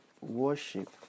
worship